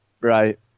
right